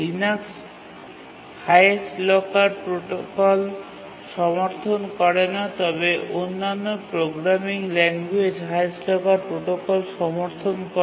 Linux highest locker protocol সমর্থন করে না তবে অন্যান্য programming language highest locker protocol সমর্থন করে